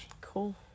Cool